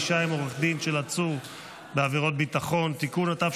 (פגישה עם עורך דין של עצור בעבירת ביטחון) (תיקון),